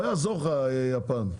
לא יעזור לך הפעם,